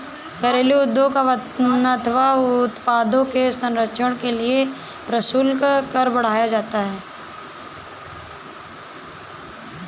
घरेलू उद्योग अथवा उत्पादों के संरक्षण के लिए प्रशुल्क कर बढ़ाया जाता है